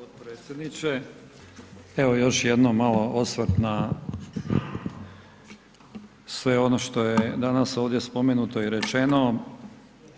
Hvala g. potpredsjedniče, evo još jednom malo osvrt na sve ono što je danas ovdje spomenuto i rečeno,